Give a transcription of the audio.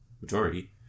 majority